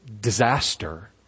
disaster